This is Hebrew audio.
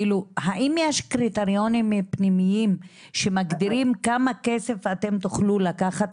האם יש קריטריונים פנימיים שמגדירים כמה כסף תוכלו לקחת?